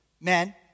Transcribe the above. Men